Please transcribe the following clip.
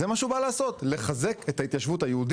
זה מה שהוא בא לעשות - לחזק את ההתיישבות היהודית.